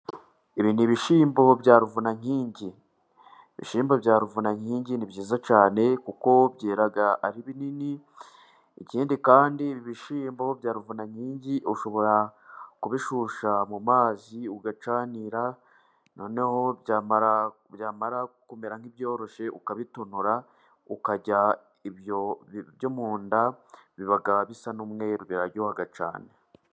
Ibi ni ibishyimbo bya ruvunankingi, ibisyimbo bya ruvunankingi ni byiza cyane, kuko byera ari binini, ikindi kandi, ibishyimbo bya ruvunankingi, ushobora kubishyushya mu mazi ugacanira, noneho byamara kumera nk'ibyoroshye, ukabitonora, ukarya ibyo mu nda, bisa n'umweru, biraryoha cyane.